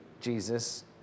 Jesus